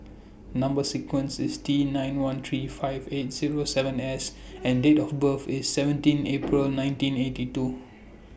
Number sequence IS T nine one three five eight Zero seven S and Date of birth IS seventeen April nineteen eighty two